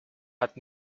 hat